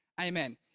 Amen